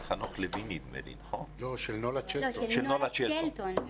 של נולה צ'לטון.